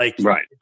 Right